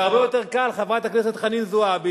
והרבה יותר קל, חברת הכנסת חנין זועבי,